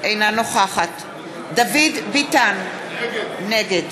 אינה נוכחת דוד ביטן, נגד